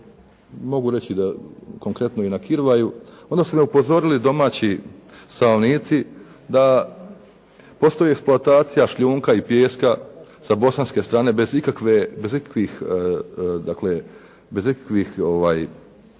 mogu reći konkretno i na kirvaju, onda su me upozorili domaći stanovnici da postoji eksploatacija šljunka i pijeska sa bosanske strane bez ikakvih, van zakonski, bez ikakvoga